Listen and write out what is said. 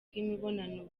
bw’imibonano